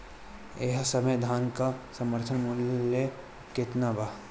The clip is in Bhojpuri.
एह समय धान क समर्थन मूल्य केतना बा?